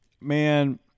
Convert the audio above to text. Man